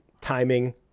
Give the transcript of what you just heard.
timing